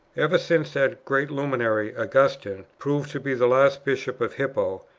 ever since that great luminary, augustine, proved to be the last bishop of hippo,